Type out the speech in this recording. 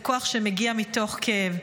לכוח שמגיע מתוך כאב,